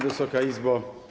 Wysoka Izbo!